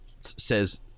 Says